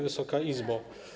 Wysoka Izbo!